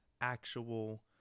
actual